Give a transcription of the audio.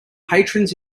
patrons